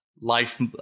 life